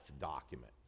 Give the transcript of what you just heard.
document